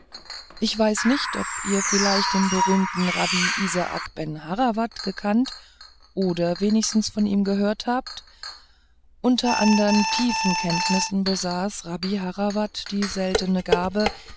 ich weiß nicht ob ihr vielleicht den berühmten rabbi isaac ben harravad gekannt oder wenigstens von ihm gehört habt unter andern tiefen kenntnissen besaß rabbi harravad die seltene gabe